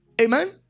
Amen